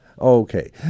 Okay